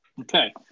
Okay